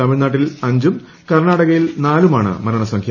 തമിഴ്നാട്ടിൽ അഞ്ചും കർണാടകയിൽ നാലുമാണ് മരണസംഖ്യ